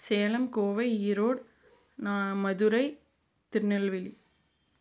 Salem Kovai Erode Madurai Tirunelveli